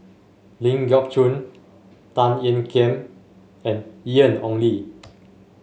Ling Geok Choon Tan Ean Kiam and Ian Ong Li